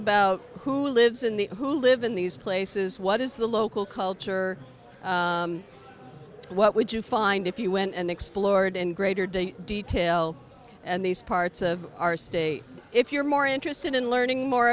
about who lives in the who live in these places what is the local culture what would you find if you went and explored in greater detail detail and these parts of our state if you're more interested in learning more